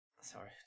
Sorry